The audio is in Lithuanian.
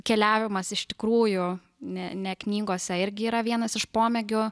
keliavimas iš tikrųjų ne ne knygose irgi yra vienas iš pomėgių